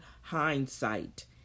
hindsight